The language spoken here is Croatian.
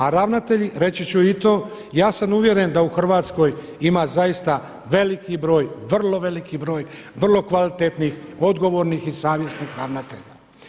A ravnatelji, reći ću i to ja sam uvjeren da u Hrvatskoj ima zaista veliki broj, vrlo veliki broj vrlo kvalitetnih, odgovornih i savjesnih ravnatelja.